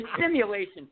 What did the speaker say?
simulation